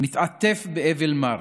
מתעטף באבל מר.